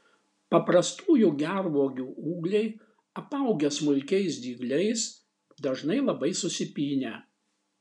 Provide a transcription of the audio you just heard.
paprastųjų gervuogių ūgliai apaugę smulkiais dygliais dažnai labai susipynę